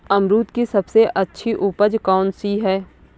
अमरूद की सबसे अच्छी उपज कौन सी है?